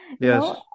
Yes